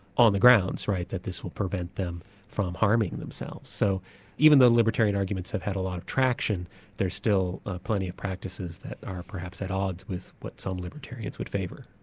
on the grounds, right, that this will prevent them from harming themselves. so even though libertarian arguments have had a lot of traction, still plenty of practices that are perhaps at odds with what some libertarians would favour.